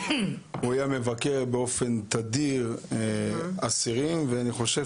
הוא היה מבקר באופן תדיר אסירים ואני חושב